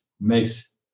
makes